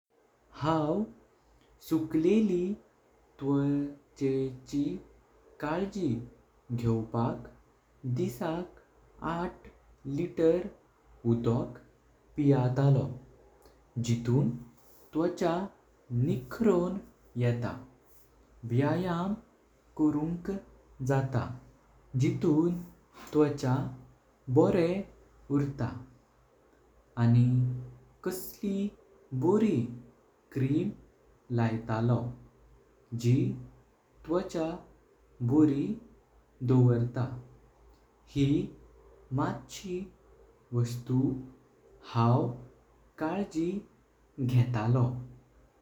हांव सुकलेली त्वाचेची काळजी घेवपाक दिसाक आठ लिटर उदक पियातलो जिणे त्वचा निखरोण येता। व्यायाम करुंक जाता जिणे त्वचा बोरें उरता आणि कासली बोरि क्रीम लयतलो जी त्वचा बोरि दवरता ही मटशी वस्तु हांव काळजी घेतलो।